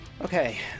Okay